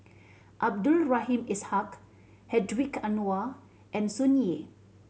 Abdul Rahim Ishak Hedwig Anuar and Sun Yee